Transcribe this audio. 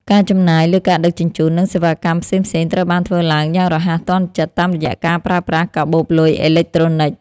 ការចំណាយលើការដឹកជញ្ជូន និងសេវាកម្មផ្សេងៗត្រូវបានធ្វើឡើងយ៉ាងរហ័សទាន់ចិត្តតាមរយៈការប្រើប្រាស់កាបូបលុយអេឡិចត្រូនិក។